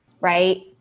right